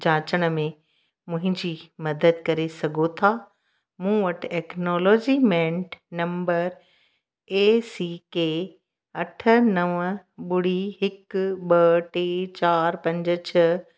जांचण में मुंहिंजी मदद करे सघो था मूं वटि एक्नॉलोजीमेंट नम्बर ए सी के अठ नव ॿुड़ी हिक ॿ टे चार पंज छह